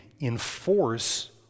enforce